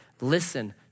listen